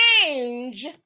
change